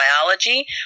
biology